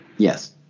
Yes